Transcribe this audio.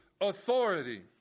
authority